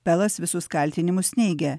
pelas visus kaltinimus neigia